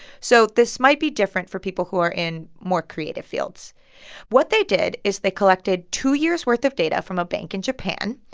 so this might be different for people who are in more creative fields what they did is they collected two years' worth of data from a bank in japan.